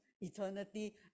eternity